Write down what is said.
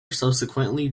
subsequently